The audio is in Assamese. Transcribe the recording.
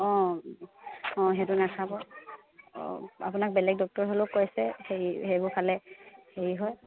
অঁ অঁ সেইটো নেখাব অঁ আপোনাক বেলেগ ডক্তৰেও হ'লেও কৈছে হেৰি সেইবোৰ খালে হেৰি হয়